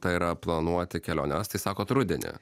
tai yra planuoti keliones tai sakot rudenį